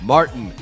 Martin